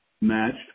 matched